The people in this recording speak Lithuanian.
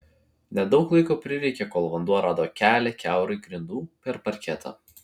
nedaug laiko prireikė kol vanduo rado kelią kiaurai grindų per parketą